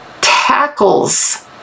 tackles